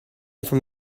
from